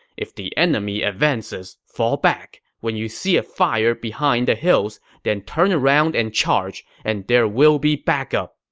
if the enemy advances, fall back. when you see a fire behind the hills, then turn around and charge, and there will be backup.